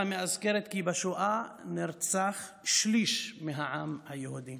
מאזכרת כי בשואה נרצח שליש מהעם היהודי.